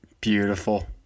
Beautiful